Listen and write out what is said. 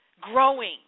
Growing